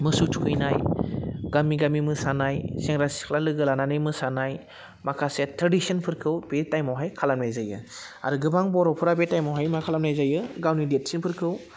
मोसौ थुखैनाय गामि गामि मोसानाय सेंग्रा सिख्ला लोगो लानानै मोसानाय माखासे ट्रेडिसनफोरखौ बे टाइमावहाय खालामनाय जायो आरो गोबां बर'फोरा बे टाइमावहाय मा खालामनाय जायो गावनि देदसिनफोरखौ